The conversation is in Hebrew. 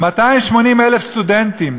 280,000 סטודנטים,